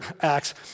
Acts